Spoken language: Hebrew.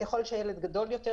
ככל שהילד גדול יותר,